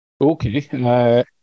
Okay